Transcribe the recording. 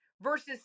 versus